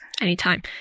Anytime